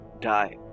die